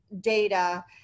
data